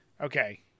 okay